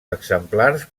exemplars